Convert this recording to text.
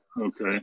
Okay